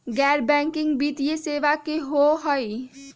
गैर बैकिंग वित्तीय सेवा की होअ हई?